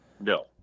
no